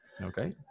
Okay